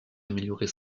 améliorer